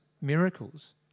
miracles